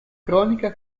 cronica